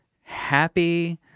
happy